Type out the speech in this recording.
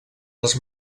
les